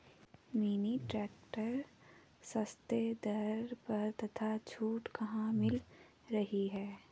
Mini tractor सस्ते दर पर तथा छूट कहाँ मिल रही है?